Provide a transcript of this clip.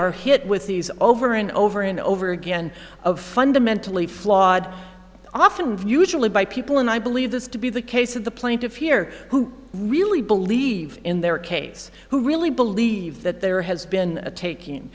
are hit with these over and over and over again of fundamentally flawed often usually by people and i believe this to be the case of the plaintiffs here who really believe in their case who really believe that there has been a taking